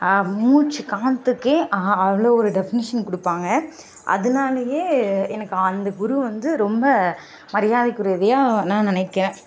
மூச்சு காற்றுக்கே அவ்வளோ ஒரு டேஃபனேஷன் கொடுப்பாங்க அதனாலயே எனக்கு அந்த குரு வந்து ரொம்ப மரியாதைக்கு உறுதியாக நான் நினைக்கிறேன்